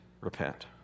Repent